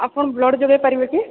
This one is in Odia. ଆପଣ ବ୍ଲଡ୍ ଯୋଗେଇ ପାରିବେ କି